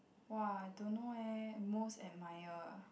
whoa I don't know eh most admire ah